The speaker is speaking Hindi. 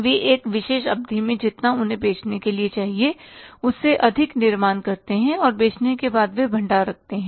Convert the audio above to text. वे एक विशेष अवधि में जितना उन्हें बेचने के लिए चाहिए उससे अधिक निर्माण करते हैं और बेचने के बाद वे भंडार रखते हैं